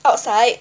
outside